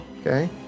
Okay